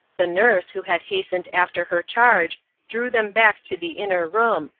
the nurse, who had hastened after her charge, drew them back to the inner room,